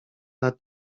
lat